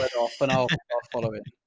and i'll follow it.